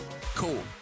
cool